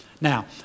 Now